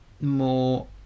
more